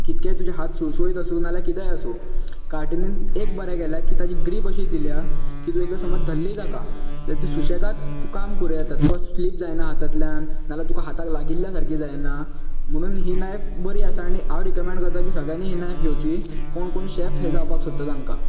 कितकेय तुजे हात सुळसुळीत आसूं ना जाल्यार कितेंय आसूं कार्टिनान एक बरें केलां की ताची ग्रिप अशी दिल्या की तुवें एकदां समज धरली तेका जाल्यार ती सुशेगाद तूं काम करूं येता तुका स्लीप जायना हातांतल्यान ना जाल्यार तुका हाताक लागील्ल्या सारकी जायना म्हणुन ही नायफ बरी आसा आनी हांव रेकमेन्ड करतां की सगळ्यांनी ही नायफ घेवची कोण कोण शेफ हे जावपाक सोदता तांकां